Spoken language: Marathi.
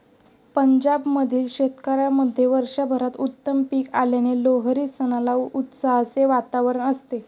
पंजाब मधील शेतकऱ्यांमध्ये वर्षभरात उत्तम पीक आल्याने लोहरी सणाला उत्साहाचे वातावरण असते